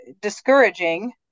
discouraging